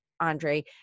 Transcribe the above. Andre